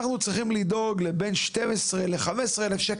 אנחנו צריכים לדאוג ל- 12,000-15,000 ₪